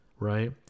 Right